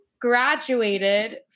graduated